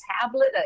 tablet